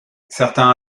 certains